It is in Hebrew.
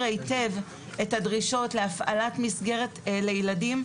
היטב את הדרישות להפעלת מסגרת לילדים,